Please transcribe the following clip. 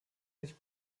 sich